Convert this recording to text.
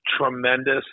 tremendous